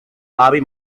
avi